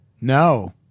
No